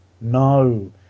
no